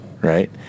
right